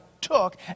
took